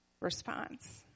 response